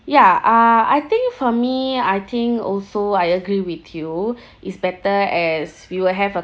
ya uh I think for me I think also I agree with you it's better as we will have a